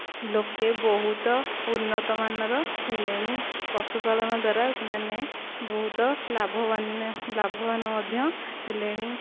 ଲୋକେ ବହୁତ ଉନ୍ନତମାନର ହେଲେଣି ପଶୁପାଳନ ଦ୍ୱାରା ସେମାନେ ବହୁତ ଲାଭବାନ ଲାଭବାନ ମଧ୍ୟ ହେଲେଣି